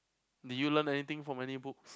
did you learn anything from any books